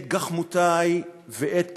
את גחמותי ואת כעסי,